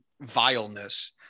vileness